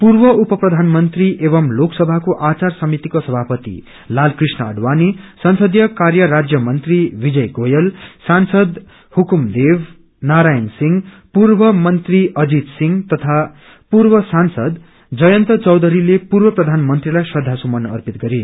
पूर्व उप प्रधानमंत्री एवं लोकसभाको आचार समितिको सभपति लालकृष्ण आड़वाणी संसदीय ाकार्य राज्य मंत्री विजय गोयल सांसद हुकुम देव नारायण सिंह पूर्व मंत्री अजित सिंह तथा पूर्व सांसद जयन्त चौधरीले पूर्व प्रधानमंत्रीलाई श्रदासुमन अर्पित गरे